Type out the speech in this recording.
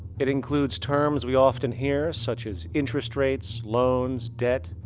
it includes terms we often hear such as interest rates, loans, debt,